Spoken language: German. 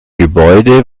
gebäude